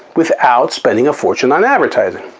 without spending a fortune on advertising.